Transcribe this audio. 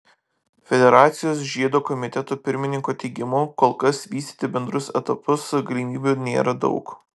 federacijos žiedo komiteto pirmininko teigimu kol kas vystyti bendrus etapus galimybių nėra daug